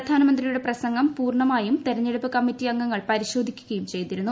പ്രധാനമന്ത്രിയുടെ പ്രസംഗം പൂർണമായും തെരഞ്ഞെടുപ്പ് കമ്മറ്റി അംഗങ്ങൾ പരിശോധിക്കുകയും ചെയ്തിരുന്നു